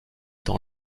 dans